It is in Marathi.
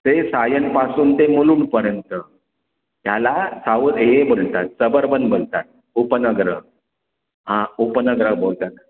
ते सायनपासून ते मुलुंडपर्यंत ह्याला साऊथ हे बोलतात सबर्बन बोलतात उपनगरं हां उपनगरं बोलतात